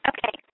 Okay